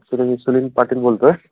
actually Sulin Patil बोलतोय